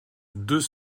deux